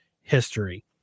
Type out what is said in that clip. history